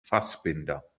fassbinder